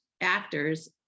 actors